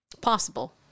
possible